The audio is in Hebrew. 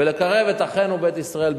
ולקרב את אחינו בית ישראל,